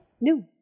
new